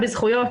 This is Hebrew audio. לפגיעה בזכויות,